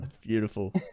Beautiful